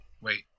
wait